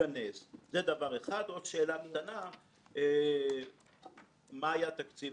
בכלל שכל גוף יאמץ את התהליך הזה.